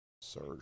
Sir